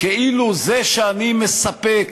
כאילו זה שאני מספק